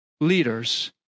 leaders